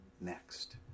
next